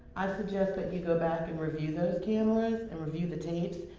i suggest that you go back and review those cameras, and review the tapes,